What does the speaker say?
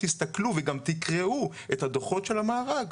תסתכלו וגם תקראו את הדוחות של המארג,